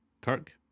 Kirk